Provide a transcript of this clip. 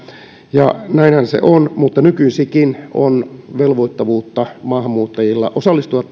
ja näinhän se on mutta nykyisinkin on velvoittavuutta maahanmuuttajilla osallistua